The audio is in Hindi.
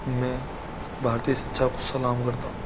मैं भारतीय शिक्षा को सलाम करता हूँ